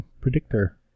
predictor